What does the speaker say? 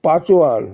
পাচোয়ান